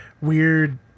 weird